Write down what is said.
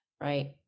Right